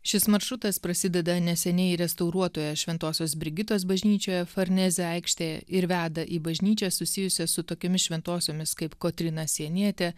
šis maršrutas prasideda neseniai restauruotoje šventosios brigitos bažnyčioje farneze aikštėje ir veda į bažnyčią susijusią su tokiomis šventosiomis kaip kotryna sienietė